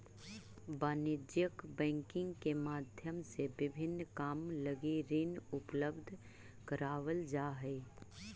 वाणिज्यिक बैंकिंग के माध्यम से विभिन्न काम लगी ऋण उपलब्ध करावल जा हइ